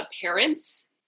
parents